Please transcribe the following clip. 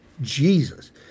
Jesus